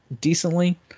decently